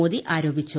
മോദി ആരോപിച്ചു